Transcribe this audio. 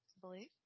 believe